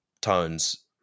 Tones